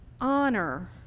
Honor